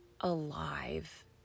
alive